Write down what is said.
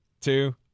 two